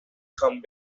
come